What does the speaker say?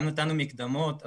גם נתנו מקדמות.